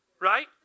right